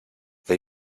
they